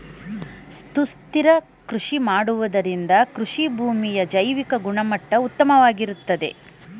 ಸುಸ್ಥಿರ ಕೃಷಿ ಮಾಡುವುದರಿಂದ ಕೃಷಿಭೂಮಿಯ ಜೈವಿಕ ಗುಣಮಟ್ಟ ಉತ್ತಮವಾಗಿರುತ್ತದೆ